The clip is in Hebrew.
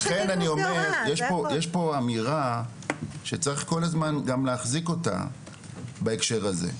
יש פה אמירה שצריך כל הזמן גם להחזיק אותה בהקשר הזה.